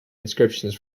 inscriptions